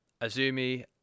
Azumi